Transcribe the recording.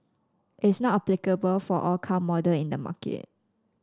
it's not applicable for all car model in the market